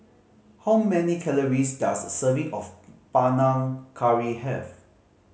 how many calories does a serving of Panang Curry have